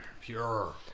pure